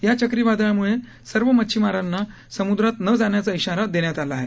या चक्रीवादळाम्ळे सर्व मच्छिमारांना समुद्रात न जाण्याचा इशारा देण्यात आलेला आहे